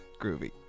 Groovy